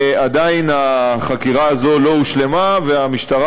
עדיין החקירה הזאת לא הושלמה והמשטרה